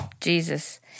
Jesus